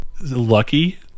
lucky